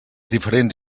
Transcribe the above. diferents